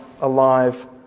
alive